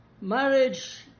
marriage